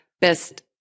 best